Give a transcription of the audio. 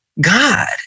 God